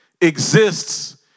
exists